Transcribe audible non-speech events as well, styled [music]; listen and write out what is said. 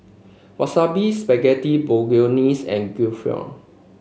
Wasabi Spaghetti Bolognese and [unintelligible]